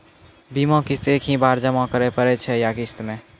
बीमा किस्त एक ही बार जमा करें पड़ै छै या किस्त मे?